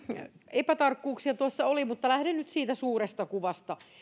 epätarkkuuksia tuossa oli mutta lähden nyt siitä suuresta kuvasta